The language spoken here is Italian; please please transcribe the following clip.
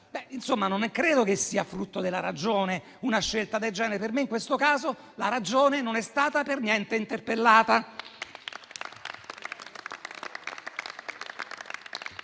Non credo che sia frutto della ragione una scelta del genere. Per me, in questo caso, la ragione non è stata per niente interpellata.